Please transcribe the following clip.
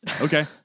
Okay